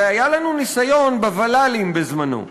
הרי היה לנו ניסיון בוול"לים בזמנו.